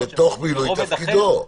בתוך מילוי תפקידו.